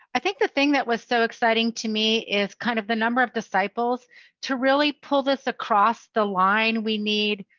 i think the thing that was so exciting to me is kind of the number of disciples to really pull this across the line we need